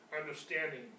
understanding